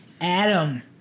Adam